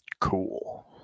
Cool